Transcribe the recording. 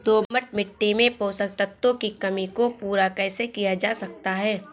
दोमट मिट्टी में पोषक तत्वों की कमी को पूरा कैसे किया जा सकता है?